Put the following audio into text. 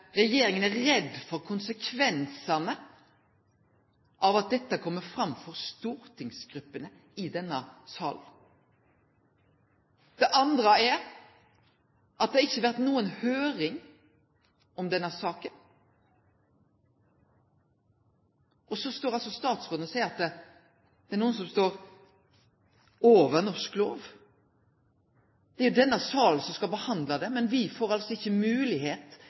regjeringa for det første har drive hemmeleghald på bakgrunn av at ho er redd for konsekvensane dersom dette hadde kome fram for stortingsgruppene i denne salen, og for det andre at det ikkje har vore noka høyring om denne saka. Statsråden står altså og seier at det er noko som står over norsk lov. Det er denne salen som skal behandle dette, men me får altså ikkje